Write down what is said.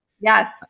Yes